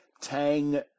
Tang